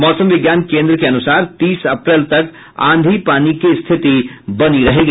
मौसम विज्ञान केन्द्र के अनुसार तीस अप्रैल तक आंधी पानी की स्थिति बनी रहेगी